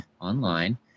online